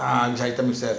ah item sell